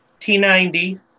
T90